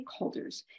stakeholders